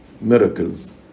miracles